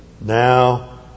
Now